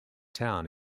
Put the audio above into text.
town